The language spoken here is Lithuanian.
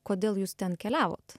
kodėl jūs ten keliavot